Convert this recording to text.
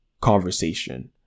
conversation